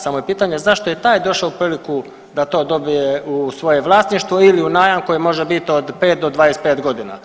Samo je pitanje zašto je taj došao u priliku da to dobije u svoje vlasništvo ili u najam koji može biti od 5 do 25 godina.